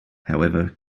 however